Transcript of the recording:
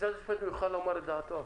משרד המשפטים יוכל לומר את דעתו,